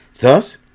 Thus